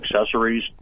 accessories